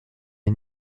les